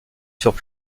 furent